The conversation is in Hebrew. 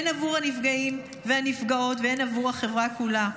הן עבור הנפגעים והנפגעות והן עבור החברה כולה.